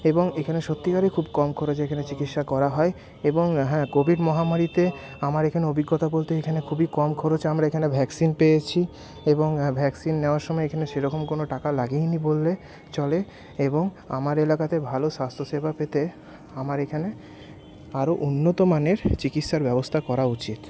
এবং এখানে সত্যিকারের খুব কম খরচে এখানে চিকিৎসা করা হয় এবং হ্যাঁ কোভিড মহামারীতে আমার এখানে অভিজ্ঞতা বলতে এখানে খুবই কম খরচে আমরা এখানে ভ্যাকসিন পেয়েছি এবং ভ্যাকসিন নেওয়ার সময় এখানে সেরকম কোনো টাকা লাগেই নি বললে চলে এবং আমার এলাকাতে ভালো স্বাস্থ্যসেবা পেতে আমার এখানে আরও উন্নত মানের চিকিৎসার ব্যবস্থা করা উচিৎ